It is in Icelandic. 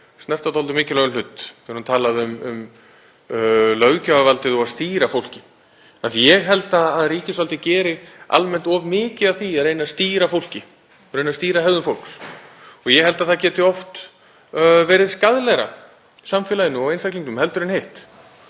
snert dálítið mikilvægan hlut þegar hún talaði um löggjafarvaldið og að stýra fólki. Ég held að ríkisvaldið geri almennt of mikið af því að reyna að stýra fólki, reyna að stýra hegðun fólks. Ég held að það geti oft verið skaðlegra samfélaginu og einstaklingnum en hitt.